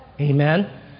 Amen